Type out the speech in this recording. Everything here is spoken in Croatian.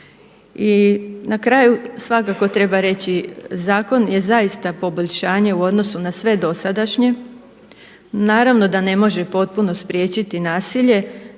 I na kraju svakako treba reći zakon je zaista poboljšanje u odnosu na sve dosadašnje. Naravno da ne može spriječiti nasilje,